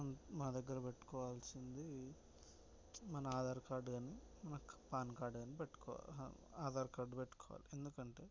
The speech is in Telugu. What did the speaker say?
మా దగ్గర పెట్టుకోవాల్సింది మన ఆధార్ కార్డు కాని మన పాన్ కార్డు కాని పెట్టుకోవాలి ఆధార్ కార్డు పెట్టుకోవాలి ఎందుకంటే